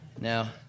Now